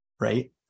right